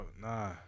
Nah